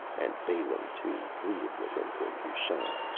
and balin, too, pleaded with him for kushat.